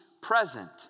present